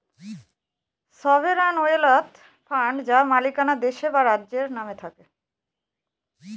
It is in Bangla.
সভেরান ওয়েলথ ফান্ড যার মালিকানা দেশের বা রাজ্যের নামে থাকে